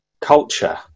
culture